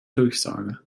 durchsage